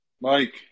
Mike